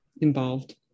involved